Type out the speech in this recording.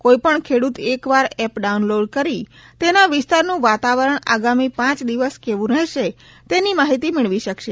કોઇપણ ખેડૂત એકવાર એપ ડાઉનલોડ કરી તેના વિસ્તારનુ વાતાવરણ આગામી પાંચ દિવસ કેવુ રહેશે તેની માહિતી મેળવી શકશે